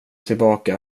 tillbaka